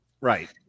Right